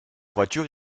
voiture